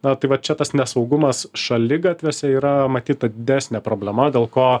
na tai vat čia tas nesaugumas šaligatviuose yra matyt ta didesnė problema dėl ko